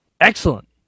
Excellent